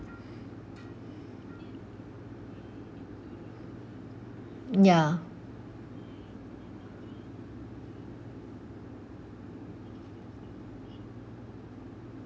ya